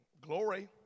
Glory